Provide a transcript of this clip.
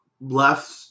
left